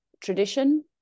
tradition